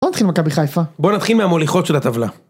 בוא נתחיל עם מכבי חיפה. בוא נתחיל מהמוליכות של הטבלה.